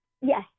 Yes